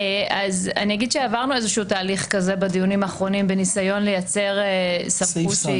עברנו איזשהו תהליך כזה בדיונים האחרונים בניסיון לייצר -- סעיף סל.